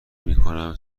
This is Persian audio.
میکنیم